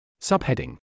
Subheading